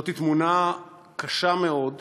זאת תמונה קשה מאוד,